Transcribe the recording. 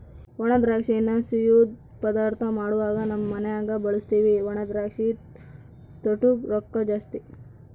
ಒಣದ್ರಾಕ್ಷಿನ ಸಿಯ್ಯುದ್ ಪದಾರ್ಥ ಮಾಡ್ವಾಗ ನಮ್ ಮನ್ಯಗ ಬಳುಸ್ತೀವಿ ಒಣದ್ರಾಕ್ಷಿ ತೊಟೂಗ್ ರೊಕ್ಕ ಜಾಸ್ತಿ